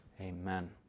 Amen